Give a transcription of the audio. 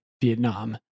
Vietnam